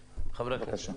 בבקשה.